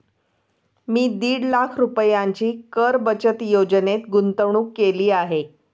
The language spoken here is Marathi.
मी दीड लाख रुपयांची कर बचत योजनेत गुंतवणूक केली आहे